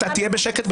אתה תהיה בשקט,